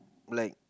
like